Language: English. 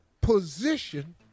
position